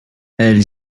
elle